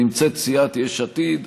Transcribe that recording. נמצאת סיעת יש עתיד.